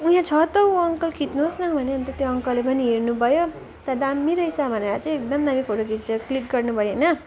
उ यहाँ छ त उ अङ्कल खिच्नुहोस् न भनेँ अन्त त्यो अङ्कलले पनि हेर्नु भयो त्यहाँ दामी रहेछ भनेर चाहिँ एकदम दामी फोटो खिचेर क्लिक गर्नु भयो होइन